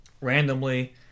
randomly